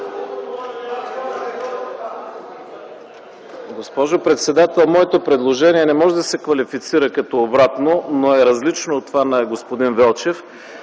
Госпожо председател, моето предложение не може да се класифицира като обратно, но е различно от това на господин Велчев.